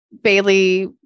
Bailey